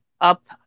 up